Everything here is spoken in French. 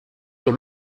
sur